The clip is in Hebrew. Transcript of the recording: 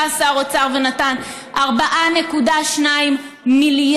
בא שר אוצר ונתן 4.2 מיליארד.